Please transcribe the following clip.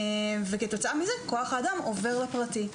וכתוצאה מזה כוח האדם עובר לפרטי.